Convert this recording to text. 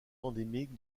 endémique